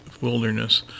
wilderness